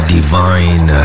Divine